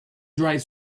dries